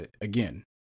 Again